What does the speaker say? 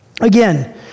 Again